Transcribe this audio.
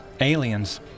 Aliens